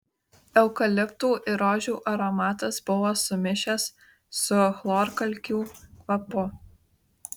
eukaliptų ir rožių aromatas buvo sumišęs su chlorkalkių kvapu